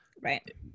right